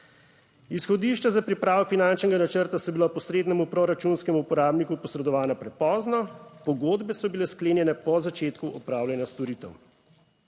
Izhodišča za pripravo finančnega načrta so bila posrednemu proračunskemu uporabniku posredovana prepozno, pogodbe so bile sklenjene po začetku opravljanja storitev.